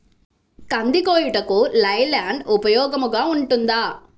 కంది కోయుటకు లై ల్యాండ్ ఉపయోగముగా ఉంటుందా?